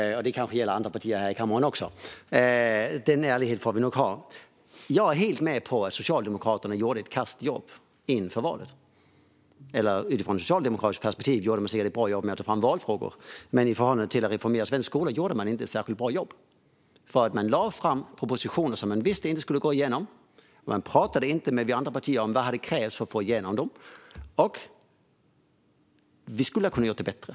Det kanske gäller andra partier här i kammaren också. Den ärligheten måste vi nog ha. Jag håller helt med om att Socialdemokraterna gjorde ett kasst jobb inför valet. Utifrån ett socialdemokratiskt perspektiv gjorde man säkert ett bra jobb med att ta fram valfrågor, men när det gäller att reformera svensk skola gjorde man inte ett särskilt bra jobb. Man lade nämligen fram propositioner som man visste inte skulle gå igenom och pratade inte med de andra partierna om vad som hade krävts för att få igenom dem. Vi skulle ha kunnat göra det bättre.